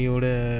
you know the